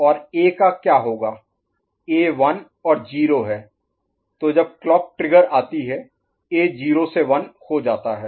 A 1 और 0 है तो जब क्लॉक ट्रिगर आती है A 0 से 1 हो जाता है